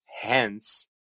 Hence